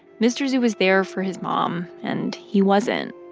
mr. zhu was there for his mom and he wasn't.